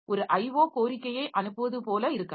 ஒரு IO கோரிக்கையை அனுப்புவது போல இருக்கலாம்